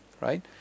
right